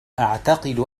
أعتقد